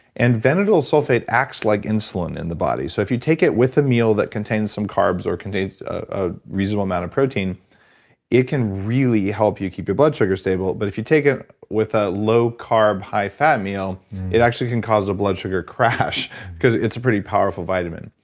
and vanadyl sulfate acts like insulin in the body, so if you take it with a meal that contains some carbs or contains a reasonable amount of protein it can really help you keep your blood sugar stable, but if you take it with a low carb high fat meal it actually can cause a blood sugar crash cause it's a pretty powerful vitamin.